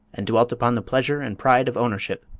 and dwelt upon the pleasure and pride of ownership.